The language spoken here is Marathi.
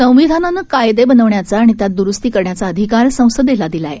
संविधानानं कायदे बनविण्याचा आणि त्यात दुरुस्ती करण्याचा अधिकार संसदेला दिला आहे